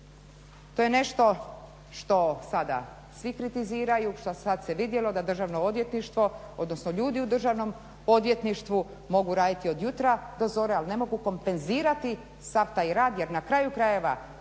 To je nešto što sada svi kritiziraju, što sad se vidjelo da Državno odvjetništvo, odnosno ljudi u Državnom odvjetništvu mogu raditi od jutra do zore ali ne mogu kompenzirati sav taj rad jer na kraju krajeva